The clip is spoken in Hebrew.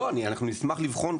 לא, אנחנו נשמח לבחון.